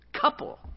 couple